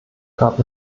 gab